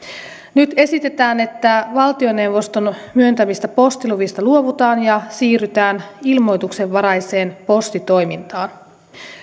nyt esitetään että valtioneuvoston myöntämistä postiluvista luovutaan ja siirrytään ilmoituksenvaraiseen postitoimintaan